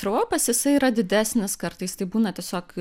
fropas yra didesnis kartais tai būna tiesiog